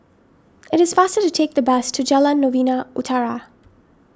it is faster to take the bus to Jalan Novena Utara